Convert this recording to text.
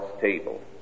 table